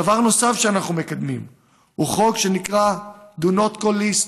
דבר נוסף שאנחנו מקדמים הוא חוק שנקרא Do Not Call list,